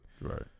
Right